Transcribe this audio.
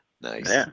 Nice